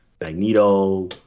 magneto